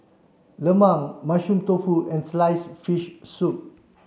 Lemang mushroom tofu and slice fish soup